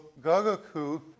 gagaku